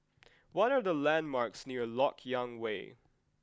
what are the landmarks near Lok Yang Way